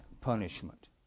punishment